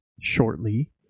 shortly